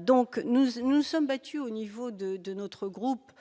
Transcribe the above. donc nous nous sommes battus au niveau de de notre groupe.